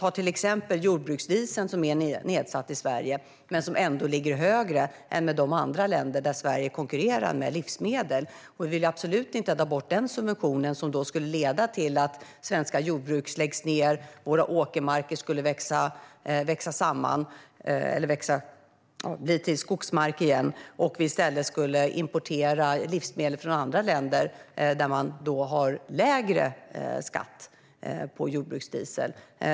Ta till exempel jordbruksdieseln, som är nedsatt i Sverige men som ändå ligger högre än i andra länder där Sverige konkurrerar med livsmedel. Vi vill absolut inte ta bort den subventionen, eftersom det skulle leda till att svenska jordbruk läggs ned, att våra åkermarker växer igen till skogsmarker och att vi i stället skulle importera livsmedel från andra länder där man har lägre skatt på jordbruksdiesel.